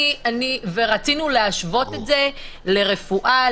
רצינו להשוות את זה לרפואה,